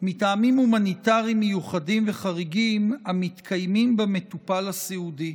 מטעמים הומניטריים מיוחדים וחריגים המתקיימים במטופל הסיעודי.